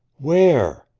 where?